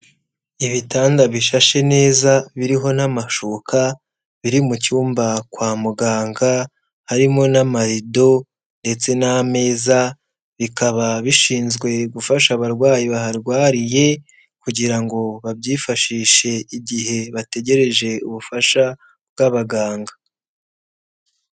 Ibitanda bishashe neza biriho n'amashuka, biri mu cyumba kwa muganga, harimo n'amarido ndetse n'ameza, bikaba bishinzwe gufasha abarwayi baharwariye kugira ngo babyifashishe igihe bategereje ubufasha bw'abaganga.